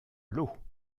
lots